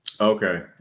Okay